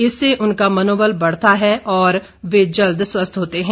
इससे उनका मनोबल बढ़ता है और वे जल्द स्वस्थ होते हैं